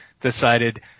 decided –